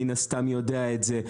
מן הסתם יודע את זה,